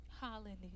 Hallelujah